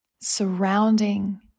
surrounding